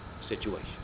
situation